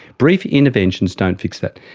brief interventions don't fix that.